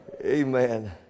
Amen